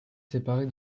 séparée